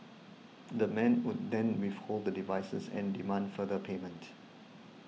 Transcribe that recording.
the men would then withhold the devices and demand further payment